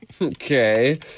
Okay